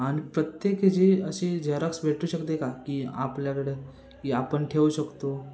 आणि प्रत्येक त्याची अशी झेरॉक्स भेटू शकते का की आपल्याकडं की आपण ठेवू शकतो